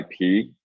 IP